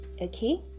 okay